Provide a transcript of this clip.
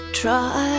try